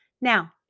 Now